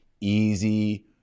easy